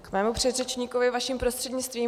K panu předřečníkovi vaším prostřednictvím.